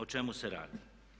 O čemu se radi?